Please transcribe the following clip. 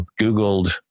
Googled